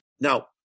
Now